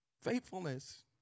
Faithfulness